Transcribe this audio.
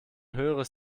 höheres